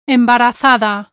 Embarazada